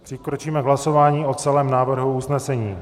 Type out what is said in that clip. Přikročíme k hlasování o celém návrhu usnesení.